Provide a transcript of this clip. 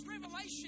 revelation